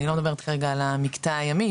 אני לא מדברת כרגע על המקטע הימי,